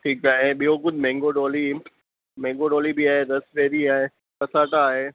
ठीकु आहे ऐं ॿियो कुझु मेंगो डोली मेंगो डोली बि आहे रसबेरी आहे कसाटा आहे